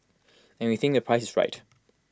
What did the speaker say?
and we think the price is right